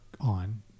on